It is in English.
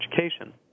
education